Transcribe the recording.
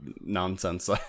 nonsense